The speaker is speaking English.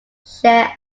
share